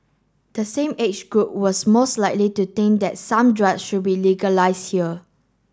the same age group was most likely to think that some drugs should be legalised here